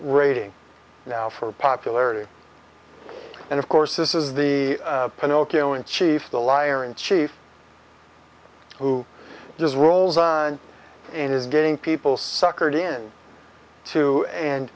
rating now for popularity and of course this is the pinocchio in chief the liar in chief who just rolls on and is getting people suckered in to